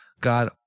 God